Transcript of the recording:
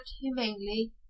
humanely